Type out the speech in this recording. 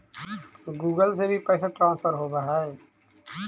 Google से भी पैसा ट्रांसफर होवहै?